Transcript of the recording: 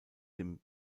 dem